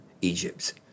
Egypt